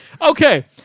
Okay